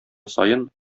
саен